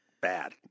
bad